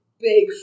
Big